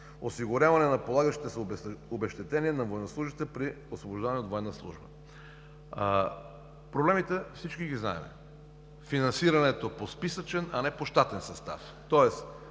осигуряване на полагащите се обезщетения на военнослужещите при освобождаване от военна служба. Проблемите всички ги знаем – финансирането по списъчен, а не по щатен състав,